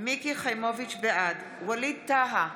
בעד ווליד טאהא,